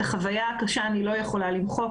את החוויה הקשה אני לא יכולה למחוק,